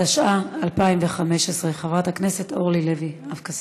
התשע"ה 2015. חברת הכנסת אורלי לוי אבקסיס,